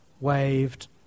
waved